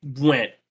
went